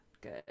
good